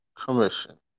Commission